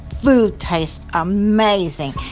food tastes amazing.